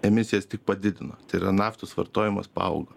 emisijas tik padidino tai yra naftos vartojimas paaugo